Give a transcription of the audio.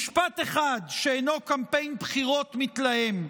משפט אחד שאינו קמפיין בחירות מתלהם.